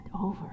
over